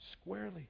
squarely